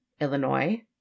Illinois